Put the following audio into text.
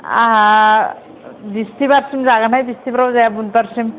आंहा बिस्तिबारसिम जागोनहाय बिस्तिबाराव जाया बुधबारसिम